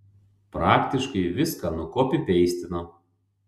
praktiškai viską nukopipeistino